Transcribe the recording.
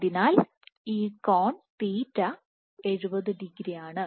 അതിനാൽ ഈ കോൺ തീറ്റ θ 70 ഡിഗ്രിയാണ്